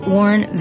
Warren